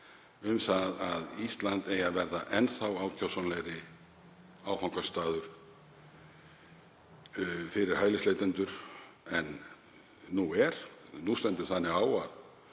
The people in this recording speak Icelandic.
um að Ísland eigi að verða enn þá ákjósanlegri áfangastaður fyrir hælisleitendur en nú er. Nú stendur þannig á að